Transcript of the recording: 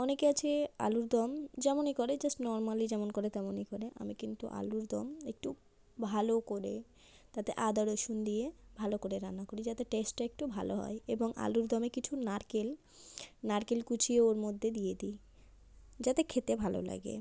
অনেকে আছে আলুর দম যেমনই করে জাস্ট নরমালি যেমন করে তেমনই করে আমি কিন্তু আলুর দম একটু ভালো করে তাতে আদা রসুন দিয়ে ভালো করে রান্না করি যাতে টেস্টটা একটু ভালো হয় এবং আলুর দমে কিছু নারকেল নারকেল কুচিও ওর মধ্যে দিয়ে দিই যাতে খেতে ভালো লাগে